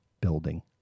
building